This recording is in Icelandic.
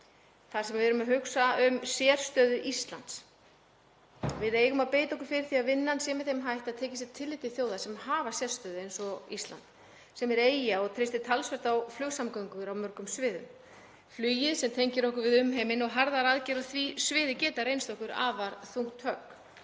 þar sem við erum að hugsa um sérstöðu Íslands? Við eigum að beita okkur fyrir því að vinnan sé með þeim hætti að tekið sé tillit til þjóða sem hafa sérstöðu eins og Ísland sem er eyja og treystir talsvert á flugsamgöngur á mörgum sviðum. Harðar aðgerðir á sviði flugsins sem tengir okkur við umheiminn geta reynst okkur afar þungt högg.